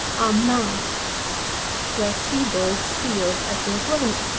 are mine where sebald steals, as he is wont,